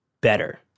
better